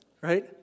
right